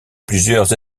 plusieurs